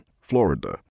Florida